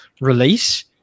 release